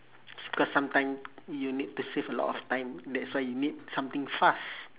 s~ cause sometimes you need to save a lot of time that's why you need something fast